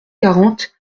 quarante